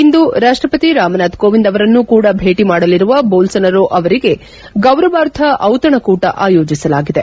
ಇಂದು ರಾಷ್ಟಪತಿ ರಾಮನಾಥ್ ಕೋವಿಂದ್ ಅವರನ್ನೂ ಕೂಡ ಭೇಟಿ ಮಾಡಲಿರುವ ಬೋಲ್ಪೊನರೋ ಅವರಿಗೆ ಗೌರವಾರ್ಥ ಔತಣಕೂಟ ಆಯೋಜಿಸಲಾಗಿದೆ